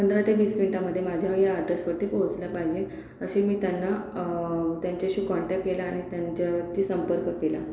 पंधरा ते वीस मिनटामध्ये माझ्या या अॅड्रेसवरती पोहोचला पाहिजे अशी मी त्यांना त्यांच्याशी कॉन्टॅक केला आणि त्यांच्यावरती संपर्क केला